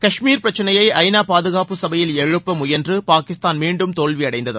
கஷ்மீர் பிரச்சினையை ஐ நா பாதுகாப்பு சபையில் எழுப்ப முயன்று பாகிஸ்தான் மீண்டும் தோல்வியடைந்தது